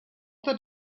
that